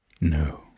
No